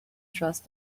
trust